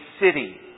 city